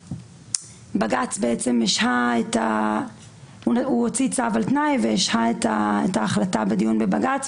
בג"ץ הוציא צו על תנאי והשהה את ההחלטה בדיון בבג"ץ,